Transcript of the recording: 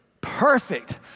perfect